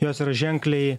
jos yra ženkliai